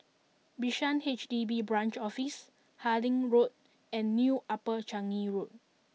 Bishan H D B Branch Office Harding Road and New Upper Changi Road